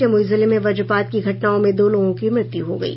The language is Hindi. जमुई जिले में वज्रपात की घटनाओं में दो लोगों की मृत्यु हो गयी